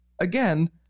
Again